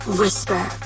whisper